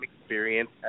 experience